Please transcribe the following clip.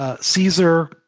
caesar